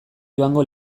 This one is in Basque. joango